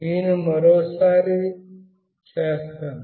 నేను మరోసారి చేస్తాను